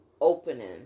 opening